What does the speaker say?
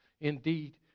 Indeed